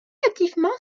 relativement